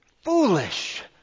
foolish